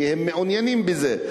כי הם מעוניינים בזה.